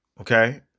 Okay